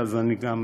לדעתי.